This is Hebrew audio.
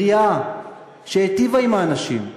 בריאה, שהיטיבה עם האנשים.